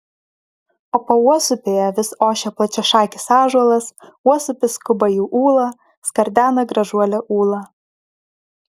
o pauosupėje vis ošia plačiašakis ąžuolas uosupis skuba į ūlą skardena gražuolė ūla